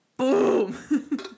Boom